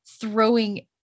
throwing